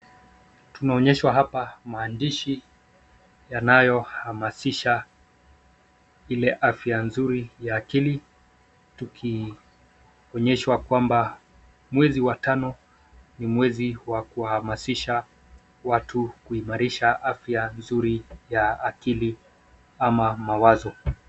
Tunaonyeshwa hapa maandishi yanayohamasisha ile afya nzuri ya akili tukionyeshwa kwamba mwezi wa tano ni mwezi wa kuhamasisha watu kuimarisha afya nzuri ya akili ama mawazo.